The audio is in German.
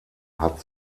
hat